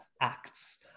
Acts